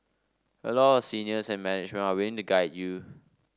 a lot of seniors and management are win to guide you